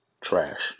Trash